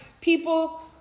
people